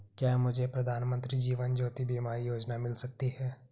क्या मुझे प्रधानमंत्री जीवन ज्योति बीमा योजना मिल सकती है?